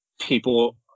people